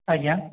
ଆଜ୍ଞା